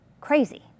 crazy